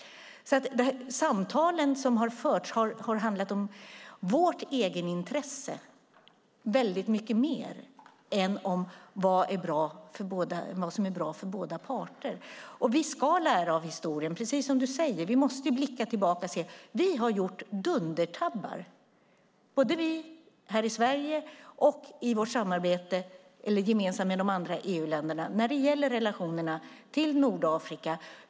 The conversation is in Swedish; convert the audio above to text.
De samtal som har förts har alltså handlat så mycket mer om vårt egenintresse än vad som är bra för båda parter. Vi ska lära av historien, precis som du säger, Kerstin Lundgren. Vi måste blicka tillbaka och se att vi har gjort dundertabbar, både här i Sverige och gemensamt med de andra EU-länderna när det gäller relationerna till Nordafrika.